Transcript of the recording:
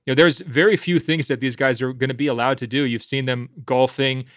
you know there's very few things that these guys are going to be allowed to do. you've seen them golfing,